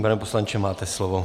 Pane poslanče, máte slovo.